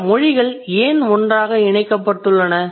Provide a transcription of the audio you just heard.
இந்த மொழிகள் ஏன் ஒன்றாக இணைக்கப்பட்டுள்ளன